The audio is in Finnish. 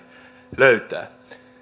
löytää